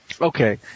Okay